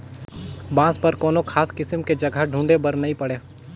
बांस बर कोनो खास किसम के जघा ढूंढे बर नई पड़े